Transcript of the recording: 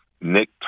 Nick